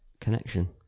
connection